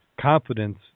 confidence